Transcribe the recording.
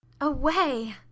away